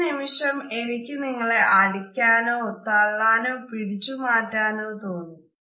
ഒരു നിമിഷം എനിക്ക് നിങ്ങളെ അടിക്കാനോ തള്ളണോ പിടിച്ചു മാറ്റാനോ തോന്നി